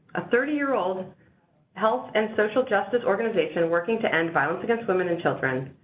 a thirty year old health and social justice organization working to end violence against women and children.